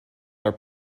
are